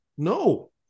No